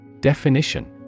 Definition